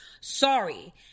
sorry